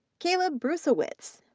caleb bruesewitz,